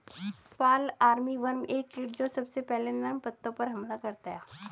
fall armyworm एक कीट जो सबसे पहले नर्म पत्तों पर हमला करता है